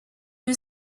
was